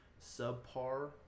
subpar